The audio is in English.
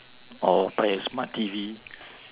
or buy a smart T_V